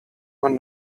man